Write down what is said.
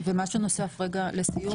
ומשהו נוסף לסיום?